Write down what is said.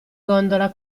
gondola